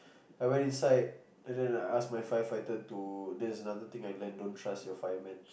I went inside and then I ask my firefighter to there's another thing I learn don't trust your fireman